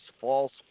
false